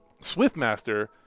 Swiftmaster